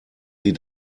sie